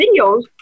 videos